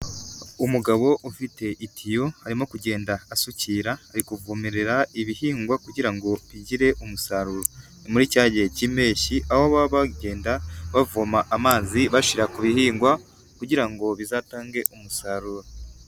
Umugabo ufite itiyo arimo kugenda asukira ari kuvomerera ibihingwa kugira ngo bigire umusaruro, ni muri cya gihe cy'impeshyi aho baba bagenda bavoma amazi bashira ku bihingwa kugira ngo bizatange umusaruro.